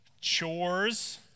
Chores